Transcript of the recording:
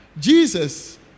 Jesus